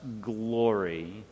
glory